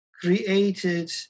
created